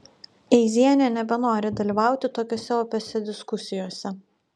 eizienė nebenori dalyvauti tokiose opiose diskusijose